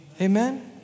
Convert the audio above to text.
Amen